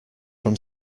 from